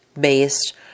based